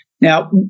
Now